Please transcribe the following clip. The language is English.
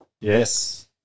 Yes